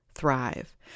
Thrive